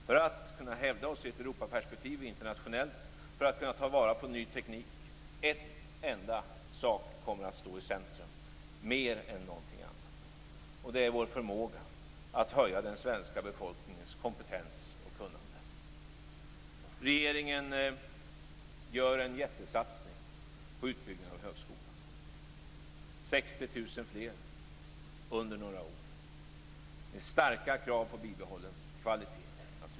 För att kunna hävda oss internationellt i ett Europaperspektiv och för att kunna ta vara på ny teknik kommer en enda sak att stå i centrum mer än något annat, nämligen vår förmåga att höja den svenska befolkningens kompetens och kunnande. Regeringen gör en jättesatsning på utbyggnad av högskolan. 60 000 fler studenter under några år. Det är naturligtvis starka krav på bibehållen kvalitet.